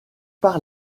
par